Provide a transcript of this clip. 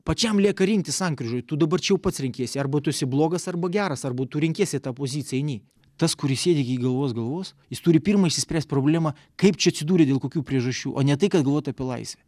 pačiam lieka rinktis sankryžoj tu dabar čia jau pats renkiesi arba tu esi blogas arba geras arba tu renkiesi tą poziciją eini tas kuris sėdi iki gyvos galvos jis turi pirma išsispręst problemą kaip čia atsidūrė dėl kokių priežasčių o ne tai ką galvot apie laisvę